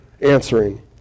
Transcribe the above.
answering